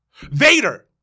Vader